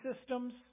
systems